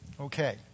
Okay